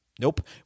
nope